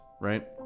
right